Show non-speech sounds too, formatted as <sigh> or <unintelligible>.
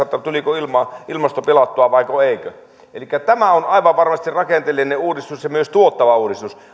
<unintelligible> että tuliko ilmasto ilmasto pilattua vaiko ei elikkä tämä on aivan varmasti rakenteellinen uudistus ja myös tuottava uudistus